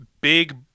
big